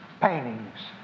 paintings